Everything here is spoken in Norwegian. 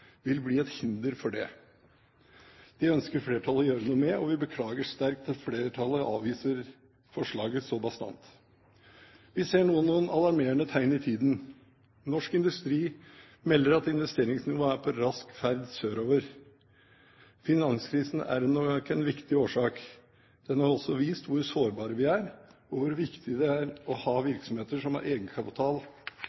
bli et hinder for det. Det ønsker mindretallet å gjøre noe med, og vi beklager sterkt at flertallet avviser forslaget så bastant. Vi ser nå noen alarmerende tegn i tiden. Norsk industri melder at investeringsnivået er på rask ferd sørover. Finanskrisen er nok en viktig årsak. Den har også vist hvor sårbare vi er, og hvor viktig det er å ha